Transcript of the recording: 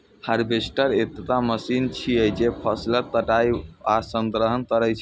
harvester एकटा machine छियै, जे फसलक कटाइ आ संग्रहण करै छै